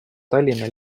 tallinna